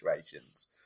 situations